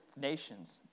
nations